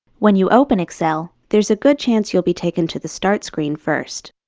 when you open excel, there's a good chance you'll be taken to the start screen first.